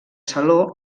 saló